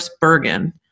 Bergen